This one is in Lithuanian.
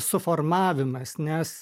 suformavimas nes